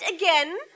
again